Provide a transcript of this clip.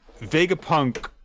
Vegapunk